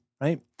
right